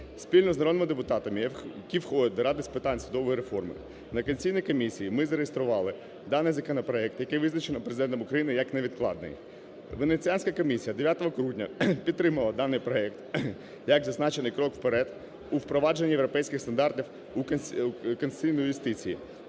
Спільно з народними депутатами, які входять до Ради з питань судової реформи на Конституційній комісії ми зареєстрували даний законопроект, який визначено Президентом України як невідкладний. Венеціанська комісія 9 грудня підтримала даний проект як зазначений крок вперед у впровадженні європейських стандартів у конституційній юстиції.